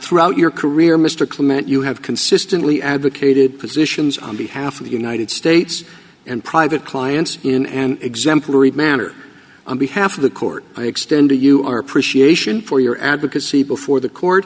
throughout your career mr clement you have consistently advocated positions on behalf of the united states and private clients in an exemplary manner on behalf of the court i extend to you our appreciation for your advocacy before the court